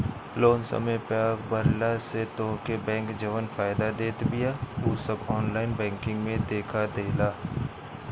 loan समय पअ भरला से तोहके बैंक जवन फायदा देत बिया उ सब ऑनलाइन बैंकिंग में देखा देला